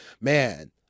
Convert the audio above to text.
man